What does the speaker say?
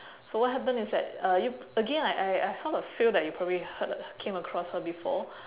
so what happen is that uh you again I I I sort of feel that you probably heard came across her before